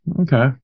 Okay